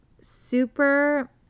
super